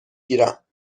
گیرم